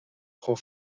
prend